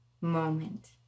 moment